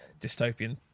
dystopian